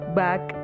back